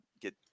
get